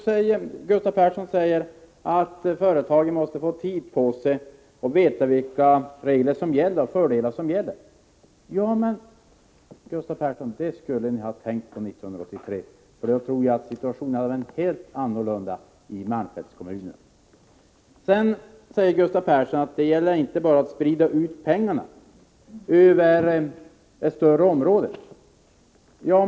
Gustav Persson säger att företagen måste få tid på sig och veta vilka regler och fördelar som gäller. Det skulle ni ha tänkt på 1983, Gustav Persson, och då tror jag att situationen hade varit helt annorlunda i malmfältskommunerna. Gustav Persson säger vidare att det inte bara gäller att sprida ut pengarna över ett större område.